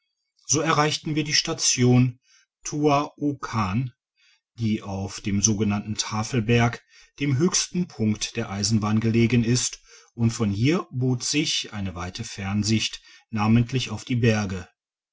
so erreichten wir die station tuaokan die auf dem sogenannten tafelberg dem höchsten punkt der eisenbahn gelegen ist und von hier bot sich eine weite fernsicht namentlich auf die berge